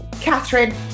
Catherine